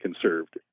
conserved